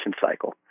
cycle